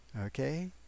okay